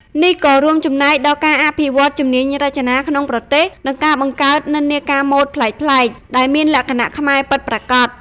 នេះក៏រួមចំណែកដល់ការ អភិវឌ្ឍន៍ជំនាញរចនា ក្នុងប្រទេស និងការបង្កើត និន្នាការម៉ូដប្លែកៗ ដែលមានលក្ខណៈខ្មែរពិតប្រាកដ។